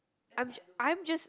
I'm I'm just